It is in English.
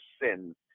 sin